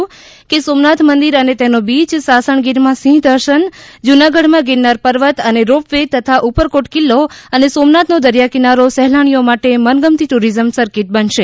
તેમણે કહ્યું હતું કે સોમનાથ મંદિર અને તેનો બીચ સાસણગીરમાં સિંહદર્શન જુનાગઢમાં ગિરનાર પર્વત અને રોપ વે તથા ઉપરકોટ કિલ્લો અને સોમનાથનો દરિયા કિનારો સહેલાણીઓ માટે મનગમતી ટુરિઝમ સરકીટ બનશે